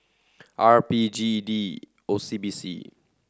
R B G D O C B C